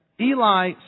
Eli